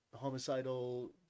homicidal